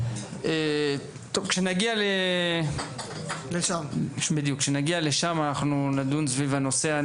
כשנגיע לשם, אנחנו נדון סביב הנושא.